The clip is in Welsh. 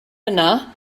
yna